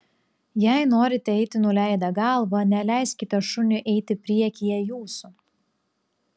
jei norite eiti nuleidę galvą neleiskite šuniui eiti priekyje jūsų